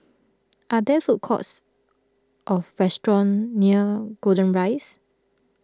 are there food courts or restaurants near Golden Rise